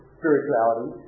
spirituality